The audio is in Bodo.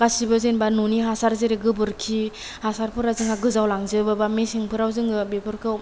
गासैबो जेनोबा ननि हासार जे गोबोरखि हासारफोरा जोंहा गोजावलांजोबो बा मेसेंफोराव जोङो बेफोरखौ